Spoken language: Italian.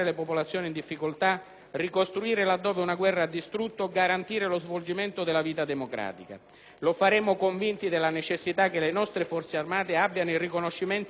ricostruire laddove una guerra ha distrutto, garantire lo svolgimento di una vita democratica. Lo faremo, convinti della necessità che le nostre Forze armate abbiano il riconoscimento e il sostegno che meritano,